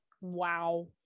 Wow